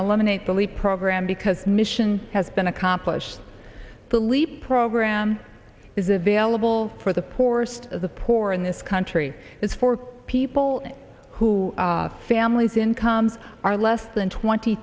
eliminate the leap program because mission has been accomplished phillipe program is available for the poorest of the poor in this country is for people who families incomes are less than twenty